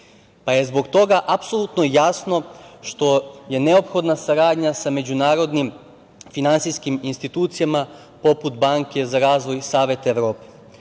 pa je zbog toga apsolutno jasno što je neophodna saradnja sa međunarodnim finansijskim institucijama poput Banke za razvoj Saveta Evrope.